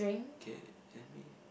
okay let me